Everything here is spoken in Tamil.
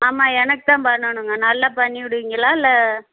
ஆமா எனக்குதான் பண்ணணும்ங்க நல்லா பண்ணி விடுவிங்களா இல்லை